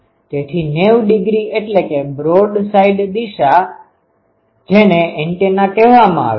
તેથી 90 ડિગ્રી એટલે કે બ્રોડ સાઇડ દિશાbroad side directionપહોળી બાજુની દિશા જેને એન્ટેના કહેવામાં આવે છે